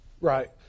Right